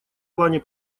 плане